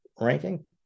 ranking